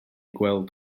gweld